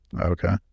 Okay